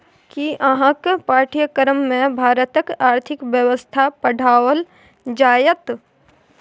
कि अहाँक पाठ्यक्रममे भारतक आर्थिक व्यवस्था पढ़ाओल जाएत?